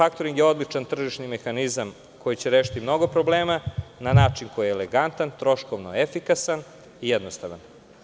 Faktoring je odličan tržišni mehanizam koji će rešiti mnogo problema na način koji je elegantan, troškovno efikasan i jednostavan.